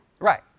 Right